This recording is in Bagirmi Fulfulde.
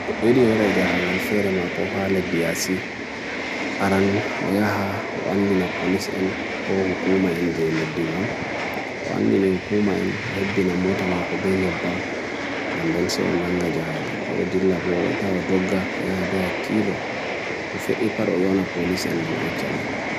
A vurta wakkati himbe do dilla na wakkati wala himbe ba.